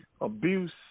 abuse